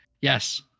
Yes